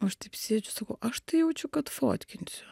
o aš taip sėdžiu sakau aš tai jaučiu kad fotkinsiu